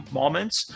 moments